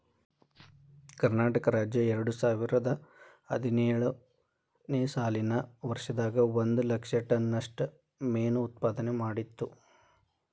ಕರ್ನಾಟಕ ರಾಜ್ಯ ಎರಡುಸಾವಿರದ ಹದಿನೇಳು ನೇ ಸಾಲಿನ ವರ್ಷದಾಗ ಒಂದ್ ಲಕ್ಷ ಟನ್ ನಷ್ಟ ಮೇನು ಉತ್ಪಾದನೆ ಮಾಡಿತ್ತು